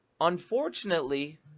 Unfortunately